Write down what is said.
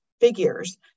figures